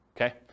Okay